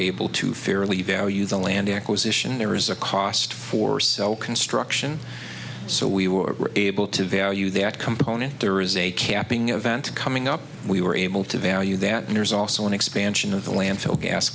able to fairly value the land acquisition there is a cost for cell construction so we were able to value that component there is a capping event coming up we were able to value that and there's also an expansion of the landfill gas